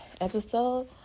episode